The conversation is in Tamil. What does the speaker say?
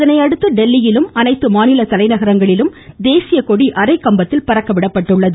இதனையடுத்து டெல்லியிலும் அனைத்து மாநில தலைநகரங்களிலும் தேசியக்கொடி அரைக்கம்பத்தில் பறக்கவிடப்பட்டுள்ளது